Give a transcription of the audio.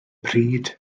pryd